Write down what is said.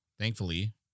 Thankfully